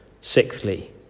sixthly